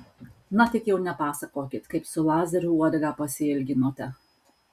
na tik jau nepasakokit kaip su lazeriu uodegą pasiilginote